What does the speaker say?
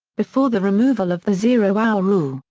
before the removal of the zero hour rule,